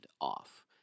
off